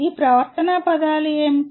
ఈ ప్రవర్తనా పదాలు ఏమిటి